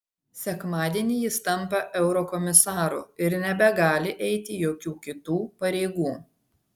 sekmadienį jis tampa eurokomisaru ir nebegali eiti jokių kitų pareigų